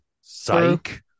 Psych